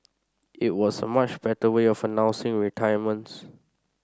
it was a much better way of announcing retirements